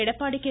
Edappadi K